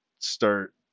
Start